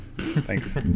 Thanks